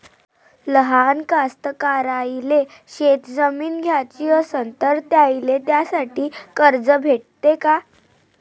लहान कास्तकाराइले शेतजमीन घ्याची असन तर त्याईले त्यासाठी कर्ज भेटते का?